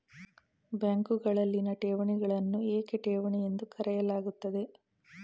ಬ್ಯಾಂಕುಗಳಲ್ಲಿನ ಠೇವಣಿಗಳನ್ನು ಏಕೆ ಠೇವಣಿ ಎಂದು ಕರೆಯಲಾಗುತ್ತದೆ?